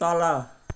तल